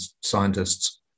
scientists